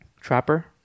Trapper